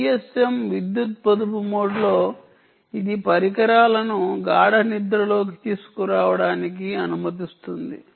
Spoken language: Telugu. PSM విద్యుత్ పొదుపు మోడ్లో ఇది పరికరాలను గాఢ నిద్రలోకి తీసుకురావడానికి అనుమతిస్తుంది